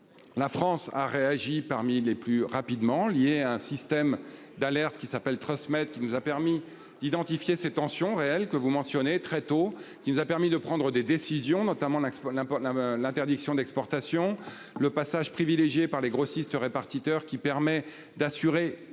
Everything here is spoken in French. La France a réagi parmi les plus rapidement, liée à un système d'alerte qui s'appelle transmettre, qui nous a permis d'identifier ces tensions réelles que vous mentionnez très tôt qui nous a permis de prendre des décisions notamment l'axe la porte l'interdiction d'exportation le passage privilégié par les grossistes répartiteurs qui permet d'assurer